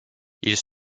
ils